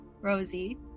Rosie